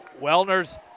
Wellner's